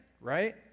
right